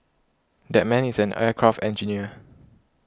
that man is an aircraft engineer